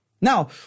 Now